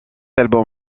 album